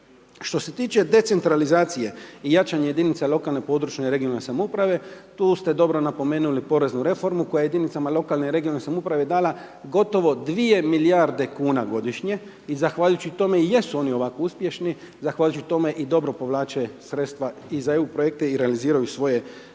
Što se tiče decentralizacije i jačanje jedinica lokalne i područne regionalne samouprave, tu ste dobro napomenuli poreznu reformu koja jedinicama lokalne regionalne samouprave dala gotovo 2 milijarde kuna godišnje i zahvaljujući tome jesu oni ovako uspješni, zahvaljujući tome i dobro povlače sredstva i za EU projekte i realiziraju svoje